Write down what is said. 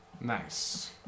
Nice